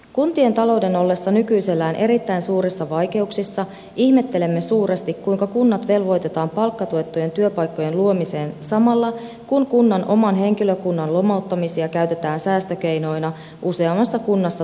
kuntien talouden ollessa nykyisellään erittäin suurissa vaikeuksissa ihmettelemme suuresti kuinka kunnat velvoitetaan palkkatuettujen työpaikkojen luomiseen samalla kun kunnan oman henkilökunnan lomauttamisia käytetään säästökeinoina useammassa kunnassa tulevinakin vuosina